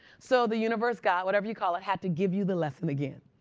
so the universe, god, whatever you call it, had to give you the lesson again.